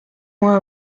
mois